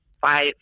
five